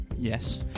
yes